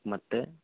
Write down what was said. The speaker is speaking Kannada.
ಮತ್ತೆ